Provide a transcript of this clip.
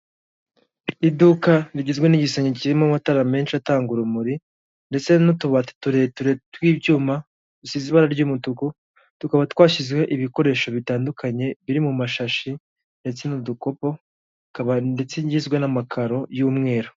Iduka rigizwe n'igisenge kirimo amatara menshi atanga urumuri ndetse n'utubati turerure tw'ibyuma, dusize ibara ry'umutuku tukaba twashyizeho ibikoresho bitandukanye biri mu mashashi ndetse n'udukoko, kaba ndetse ngizwe n'amakaro y'umweru.